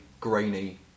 grainy